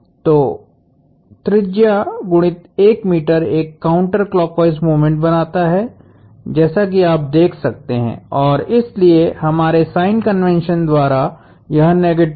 तो त्रिज्या गुणित 1m एक काउंटर क्लॉकवाइस मोमेंट बनाता है जैसा कि आप देख सकते हैं और इसलिए हमारे साइन कन्वेंशन द्वारा यह निगेटिव होगा